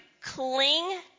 cling